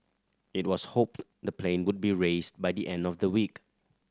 it was hoped the plane would be raised by the end of the week